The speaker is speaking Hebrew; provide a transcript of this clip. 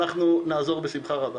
אנחנו נעזור בשמחה רבה.